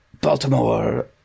Baltimore